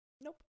Nope